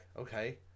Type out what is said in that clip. okay